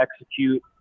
execute